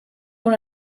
una